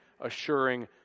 assuring